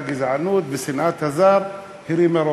הגזענות ושנאת הזר הרימו ראש,